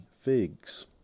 figs